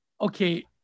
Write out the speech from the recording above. okay